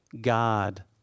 God